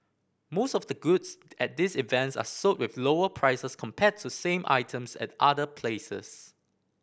most of the goods at these events are sold with lower prices compared to same items at other places